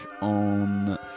on